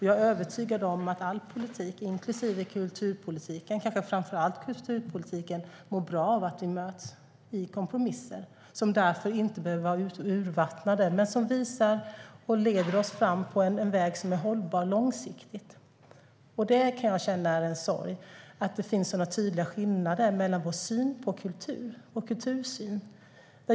Jag är övertygad om att all politik, inklusive kulturpolitiken - kanske framför allt kulturpolitiken - mår bra av att vi möts i kompromisser som inte behöver vara urvattnade men som visar och leder oss fram på en väg som är långsiktigt hållbar. Jag kan känna att det är en sorg att det finns sådana tydliga skillnader mellan vår kultursyn.